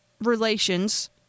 relations